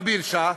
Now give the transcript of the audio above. נביל שעת',